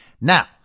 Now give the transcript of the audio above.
Now